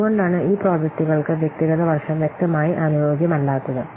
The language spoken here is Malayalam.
അതുകൊണ്ടാണ് ഈ പ്രോജക്റ്റുകൾക്ക് വ്യക്തിഗത വർഷം വ്യക്തമായി അനുയോജ്യമല്ലാത്തത്